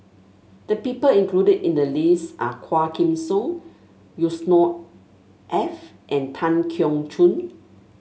the people included in the list are Quah Kim Song Yusnor F and Tan Keong Choon